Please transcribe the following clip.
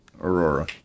aurora